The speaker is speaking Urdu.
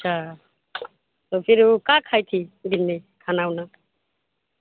اچھا تو پھر او کا کھائی تھی دن میں کھا انا